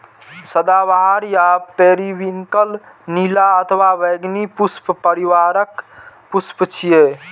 सदाबहार या पेरिविंकल नीला अथवा बैंगनी पुष्प परिवारक पुष्प छियै